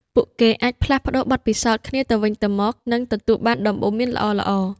ពួកគេអាចផ្លាស់ប្តូរបទពិសោធន៍គ្នាទៅវិញទៅមក និងទទួលបានដំបូន្មានល្អៗ។